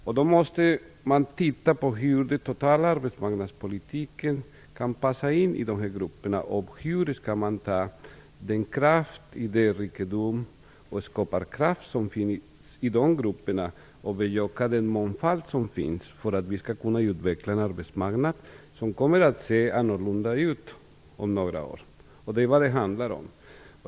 Man måste titta på hur den totala arbetsmarknadspolitiken skall passa in när det gäller de här grupperna och på hur man skall ta vara på den idérikedom och skaparkraft som finns i dessa grupper. Vi måste bejaka den mångfald som finns för att kunna utveckla arbetsmarknaden. Arbetsmarknaden kommer att se annorlunda ut om några år. Det är vad det handlar om.